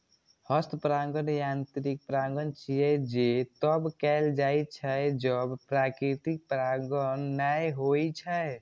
हस्त परागण यांत्रिक परागण छियै, जे तब कैल जाइ छै, जब प्राकृतिक परागण नै होइ छै